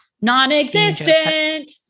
Non-existent